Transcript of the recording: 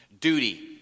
duty